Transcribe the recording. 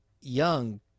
young